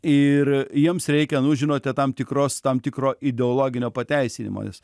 ir jiems reikia nu žinote tam tikros tam tikro ideologinio pateisinimo nes